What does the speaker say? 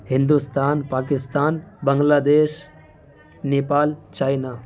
Hindustan Pakistan Bangladesh Nepal China